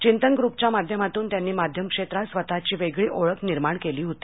चिंतन ग्रुपच्या माध्यमातून त्यांनी माध्यमक्षेत्रात स्वतःची वेगळी ओळख निर्माण केली होती